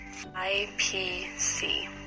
IPC